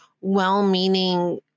well-meaning